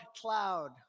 cloud